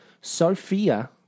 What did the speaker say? Sophia